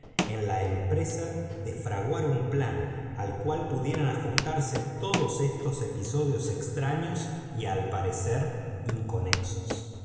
en la empresa de fraguar urí plan al cual pudieran ajustarse todos efctos episodios extraños y al parecer inconexos